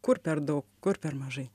kur per daug kur per mažai